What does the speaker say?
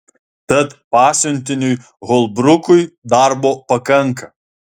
tad pasiuntiniui holbrukui darbo pakanka